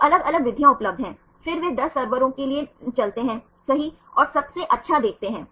तो अलग अलग विधियाँ उपलब्ध हैं फिर वे 10 सर्वरों के लिए में चलते हैं सही और सबसे अच्छा देखते हैं